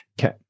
Okay